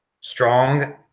strong